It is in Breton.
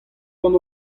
gant